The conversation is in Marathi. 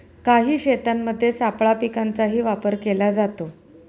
काही शेतांमध्ये सापळा पिकांचाही वापर केला जातो